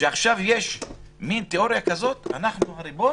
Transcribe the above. שעכשיו אומרים מין תאוריה כזאת של "אנחנו הריבון